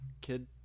Kid